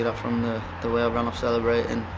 yeah from the the way i ran off celebrating.